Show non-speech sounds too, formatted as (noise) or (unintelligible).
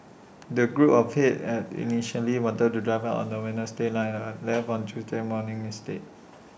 the group of eight had initially wanted to drive up on the Wednesday night (unintelligible) left on Thursday morning instead